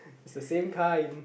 it's the same kind